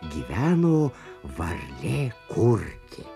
gyveno varlė kurkė